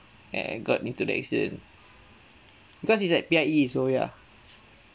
and got into the accident because it's at P_I_E so ya